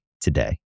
today